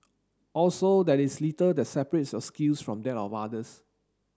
also there is little that separates your skills from that of others